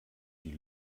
die